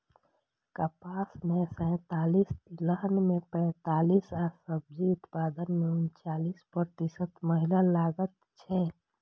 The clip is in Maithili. कपास मे सैंतालिस, तिलहन मे पैंतालिस आ सब्जी उत्पादन मे उनचालिस प्रतिशत महिला लागल छै